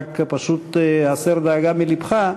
רק פשוט הסר דאגה מלבך,